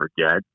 forget